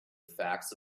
facts